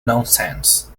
nonsense